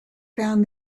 found